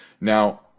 Now